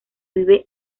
vive